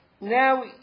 now